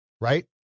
right